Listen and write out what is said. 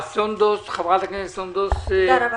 חברת הכנסת סונדוס סאלח.